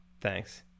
Thanks